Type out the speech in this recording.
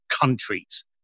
countries